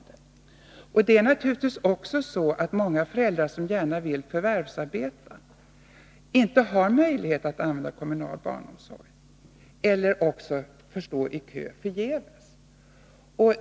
Det är naturligtvis också så, att många föräldrar som gärna vill förvärvsarbeta inte har möjlighet att anlita kommunal barnomsorg -— eller får stå i kö förgäves.